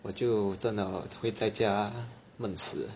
我就真的 hor 会在家闷死